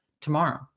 tomorrow